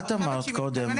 את אמרת קודם.